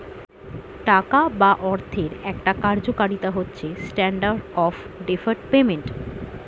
টাকা বা অর্থের একটা কার্যকারিতা হচ্ছে স্ট্যান্ডার্ড অফ ডেফার্ড পেমেন্ট